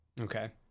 okay